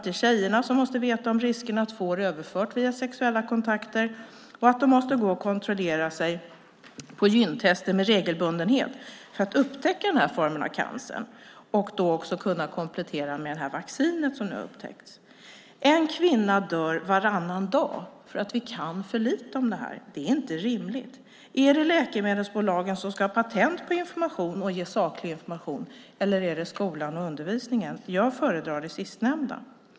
Det är tjejerna som måste veta om risken att få den överförd via sexuella kontakter, och de måste gå och kontrollera sig på gyntester med regelbundenhet för att upptäcka den här formen av cancer. Då kan de också komplettera med det vaccin som har upptäckts. En kvinna dör varannan dag därför att vi kan för lite om det här. Det är inte rimligt. Är det läkemedelsbolagen som ska ha patent på information och på att ge saklig information, eller är det skolan och undervisningen? Jag föredrar det sistnämnda.